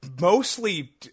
mostly